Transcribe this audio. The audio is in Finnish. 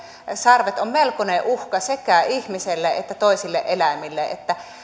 sarvet ovat melkoinen uhka sekä ihmiselle että toisille eläimille